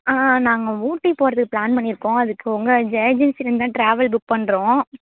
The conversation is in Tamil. ஆ நாங்கள் ஊட்டி போகிறதுக்கு பிளான் பண்ணியிருக்கோம் அதுக்கு உங்கள் ஜே ஏஜென்சிலேருந்து தான் டிராவல் புக் பண்ணுறோம்